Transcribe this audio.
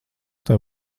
tev